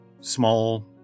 small